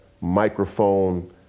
microphone